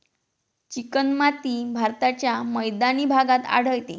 चिकणमाती भारताच्या मैदानी भागात आढळते